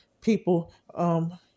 people